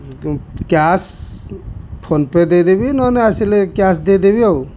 cash PhonePe ଦେଇଦେବି ନହେଲେ ଆସିଲେ କ୍ୟାସ୍ ଦେଇଦେବି ଆଉ